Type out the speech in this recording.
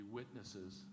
witnesses